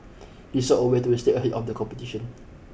he saw a way to stay ahead on the competition